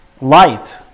light